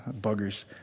Buggers